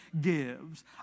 gives